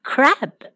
Crab